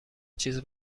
چیز